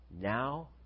now